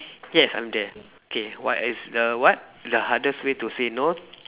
yes I'm there okay what is the what the hardest way to say no